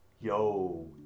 Yo